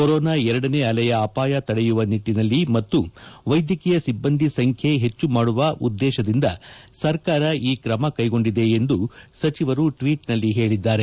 corona ಎರಡನೆ ಅಲೆಯ ಅಪಾಯ ತಡೆಯುವ ನಿಟ್ಟಿನಲ್ಲಿ ಮತ್ತು ವೈದ್ಯಕೀಯ ಸಿಬ್ಬಂದಿ ಸಂಖ್ಯೆ ಹೆಚ್ಚು ಮಾಡುವ ಉದ್ದೇಶದಿಂದ ಸರ್ಕಾರ ಈ ಕ್ರಮ ಕೈಗೊಂಡಿದೆ ಎಂದು ಸಚಿವರು ಟ್ವೀಟ್ನಲ್ಲಿ ಹೇಳಿದ್ದಾರೆ